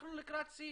ואנחנו לקראת שיא